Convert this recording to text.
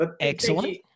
Excellent